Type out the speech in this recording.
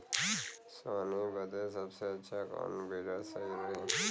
सोहनी बदे सबसे अच्छा कौन वीडर सही रही?